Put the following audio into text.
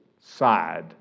side